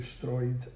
destroyed